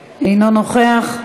מוותר.